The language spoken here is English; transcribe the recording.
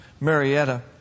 Marietta